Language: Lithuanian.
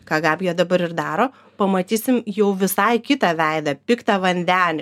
ką gabija dabar ir daro pamatysim jau visai kitą veidą piktą vandenį